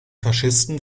faschisten